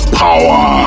power